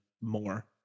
more